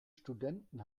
studenten